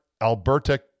Alberta